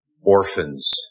Orphans